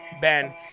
Ben